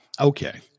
Okay